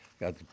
Got